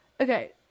Okay